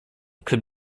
could